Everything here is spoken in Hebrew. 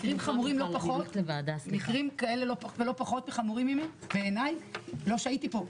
מקרים חמורים לא פחות לא שהייתי פה,